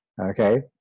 okay